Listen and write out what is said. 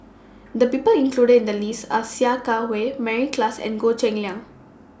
The People included in The list Are Sia Kah Hui Mary Klass and Goh Cheng Liang